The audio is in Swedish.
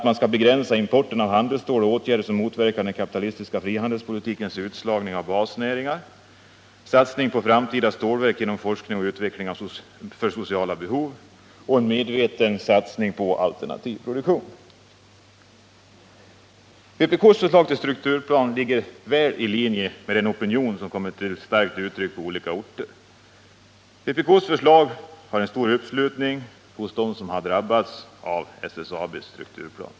Man skall begränsa importen av handelsstål och med åtgärder motverka den kapitalistiska frihandelspolitikens utslagning av basnäringar. Satsning på framtida stålverk genom forskning och utveckling för sociala behov och en medveten satsning på alternativ produktion skall göras. Vpk:s förslag till strukturplan ligger väl i linje med den opinion som på olika orter kommer till starkt uttryck. Vpk:s förslag har en stor uppslutning hos dem som har drabbats av SSAB:s strukturplan.